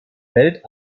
welt